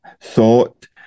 thought